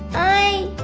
i.